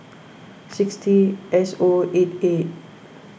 six T S O A eight